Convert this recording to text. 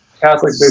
Catholic